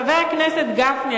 חבר הכנסת גפני,